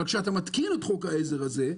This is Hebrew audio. אבל כשאתה מתקין את חוק העזר הזה,